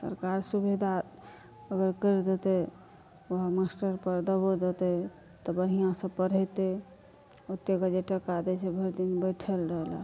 सरकार सुविधा अगर करि देतै ओहए मास्टर पर दवाब देतै तऽ बढ़िआँसँ पढ़ैतै ओते कऽ जे टका दै छै भरि दिन बैठल रहैला